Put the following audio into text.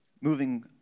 moving